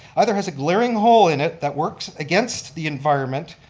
either has a glaring hole in it that works against the environment,